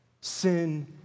Sin